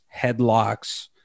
headlocks